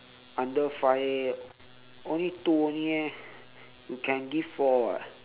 under five only two only eh you can give four [what]